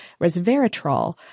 resveratrol